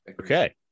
Okay